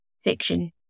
fiction